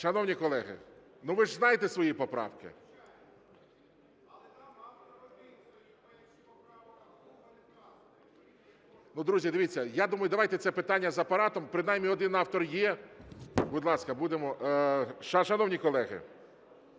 Шановні колеги, ну, ви ж знаєте свої поправки. (Шум у залі) Друзі, дивіться, я думаю, давайте це питання з Апаратом, принаймні один автор є. Будь ласка, будемо... Шановні колеги,